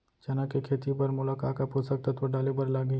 चना के खेती बर मोला का का पोसक तत्व डाले बर लागही?